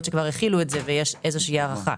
שכבר החילו את זה ויש איזו הערכה.